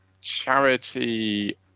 charity